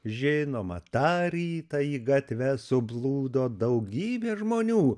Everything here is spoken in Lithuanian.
žinoma tą rytą į gatves suplūdo daugybė žmonių